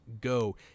go